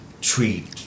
treat